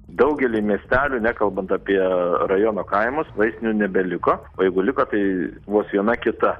daugely miestelių nekalbant apie rajono kaimus vaistinių nebeliko o jeigu liko tai vos viena kita